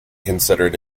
considered